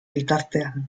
bitartean